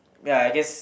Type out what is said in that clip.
ya I guess